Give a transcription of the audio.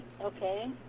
Okay